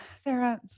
Sarah